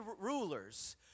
rulers